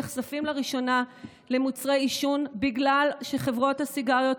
נחשפים לראשונה למוצרי עישון בגלל שחברות הסיגריות